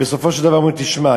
ובסופו של דבר אומרים: תשמע,